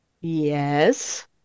Yes